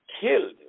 killed